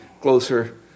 closer